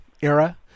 era